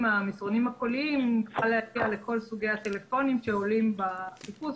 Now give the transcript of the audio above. עם המסרונים הקוליים נוכל להגיע לכל סוגי הטלפונים שעולים בחיפוש.